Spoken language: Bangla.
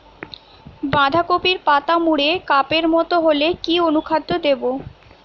বাঁধাকপির পাতা মুড়ে কাপের মতো হলে কি অনুখাদ্য দেবো?